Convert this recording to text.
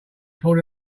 pulled